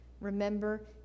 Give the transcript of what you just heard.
Remember